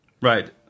Right